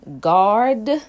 guard